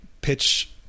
pitch